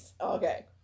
okay